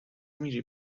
میری